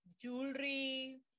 jewelry